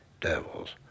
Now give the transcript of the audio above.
devils